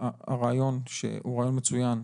הרעיון שהוא רעיון מצוין,